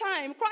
time